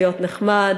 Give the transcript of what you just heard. להיות נחמד,